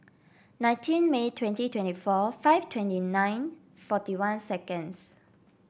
nineteen May twenty twenty four five twenty nine forty one seconds